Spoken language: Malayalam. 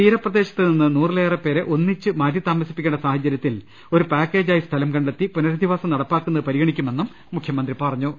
തീര പ്രദേശത്തുനിന്ന് നൂറിലേറെപേരെ ഒന്നിച്ചു മാറ്റിതാമസപ്പിക്കേണ്ട സാഹചരൃത്തിൽ ഒരു പാക്കേജായി സ്ഥലം കണ്ടെത്തി പുനരധി വാസം നടപ്പാക്കുന്നത് പരിഗണിക്കുമെന്നും മുഖ്യമന്ത്രി പറഞ്ഞു